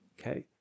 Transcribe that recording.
okay